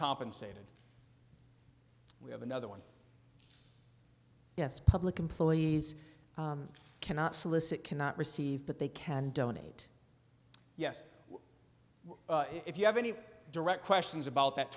compensated we have another one yes public employees cannot solicit cannot receive but they can donate yes if you have any direct questions about that